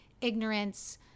ignorance